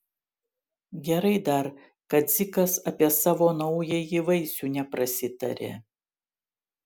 gerai dar kad dzikas apie savo naująjį vaisių neprasitarė